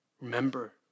Remember